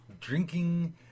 drinking